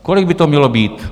Kolik by to mělo být?